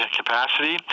capacity